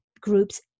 groups